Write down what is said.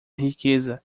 riqueza